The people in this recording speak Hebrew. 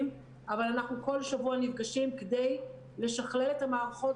אבל אנחנו כל שבוע נפגשים כדי לשכלל את המערכות,